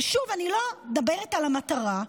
שוב, אני לא מדברת על המטרה.